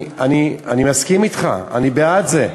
אני מסכים אתך, אני בעד זה.